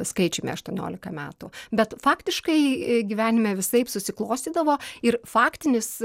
skaičiumi aštuoniolika metų bet faktiškai gyvenime visaip susiklostydavo ir faktinis